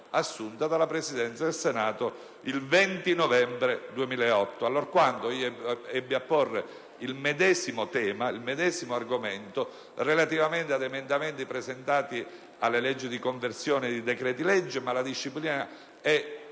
assunta dalla Presidenza del Senato il 20 novembre 2008, allorquando ebbi a porre il medesimo argomento relativamente ad emendamenti presentati alle leggi di conversione di decreti-legge (la disciplina è